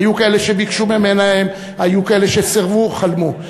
היו כאלה שביקשו מביניהם, היו כאלה שסירבו, חלמו.